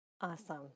Awesome